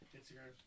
Instagram